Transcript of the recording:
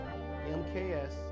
mks